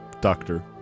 Doctor